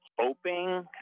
hoping